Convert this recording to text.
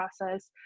process